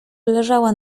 leżała